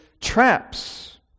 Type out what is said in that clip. traps